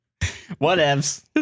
whatevs